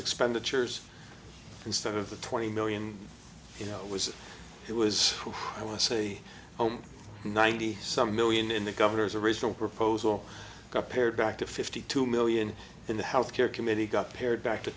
expenditures instead of the twenty million you know it was it was i want to say home ninety some million in the governor's original proposal got pared back to fifty two million in the health care committee got pared back to